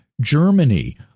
Germany